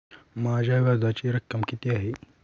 माझ्या व्याजाची रक्कम किती आहे?